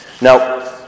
Now